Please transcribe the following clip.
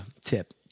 tip